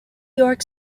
york